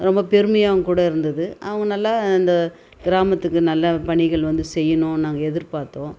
ரொம்ப பெருமையாகவும் கூட இருந்தது அவங்க நல்லா இந்த கிராமத்துக்கு நல்லா பணிகள் வந்து செய்யணும்னு நாங்கள் எதிர்பார்த்தோம்